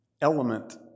element